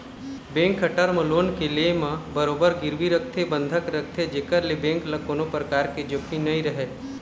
bank ह term loan के ले म बरोबर गिरवी रखथे बंधक रखथे जेखर ले बेंक ल कोनो परकार के जोखिम नइ रहय